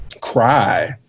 cry